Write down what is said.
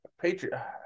Patriot